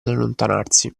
allontanarsi